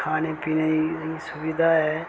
खाने पीने दी सुविधा ऐ